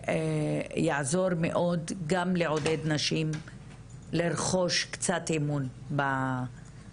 יעזור מאד גם לעודד נשים לרחוש קצת אמון למערכת.